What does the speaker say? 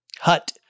hut